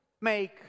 make